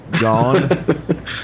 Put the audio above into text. Gone